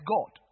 God